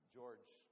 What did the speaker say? George